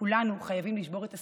כולנו חייבים לשבור את הסטיגמה,